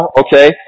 okay